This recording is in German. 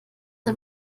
der